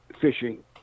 fishing